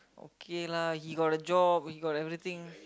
okay lah you got the job you got everything